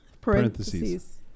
parentheses